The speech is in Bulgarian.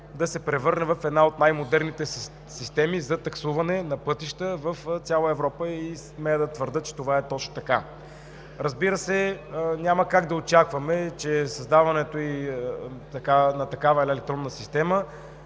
да се превърне в една от най-модерните системи за таксуване на пътища в цяла Европа. Смея да твърдя, че това е точно така. Разбира се, няма как да очакваме, че създаването на такава електронна система